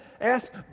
Ask